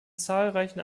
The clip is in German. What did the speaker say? zahlreichen